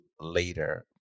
later